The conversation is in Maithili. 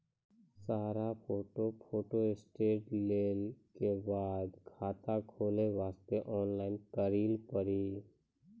सारा फोटो फोटोस्टेट लेल के बाद खाता खोले वास्ते ऑनलाइन करिल पड़ी?